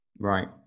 right